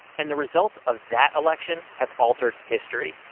and the results of that election have altered history.